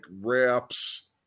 wraps